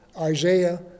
Isaiah